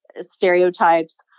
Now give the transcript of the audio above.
stereotypes